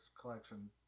collection